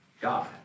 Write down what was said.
God